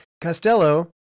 Costello